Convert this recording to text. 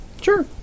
Sure